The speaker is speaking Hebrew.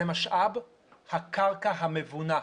זה משאב הקרקע המבונה.